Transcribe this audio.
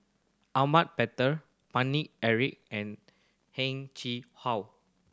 Ahmad Mattar Paine Eric and Heng Chee How